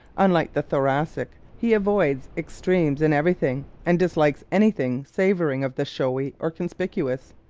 unlike the thoracic, he avoids extremes in everything and dislikes anything savoring of the showy or conspicuous.